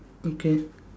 okay